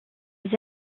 les